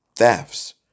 thefts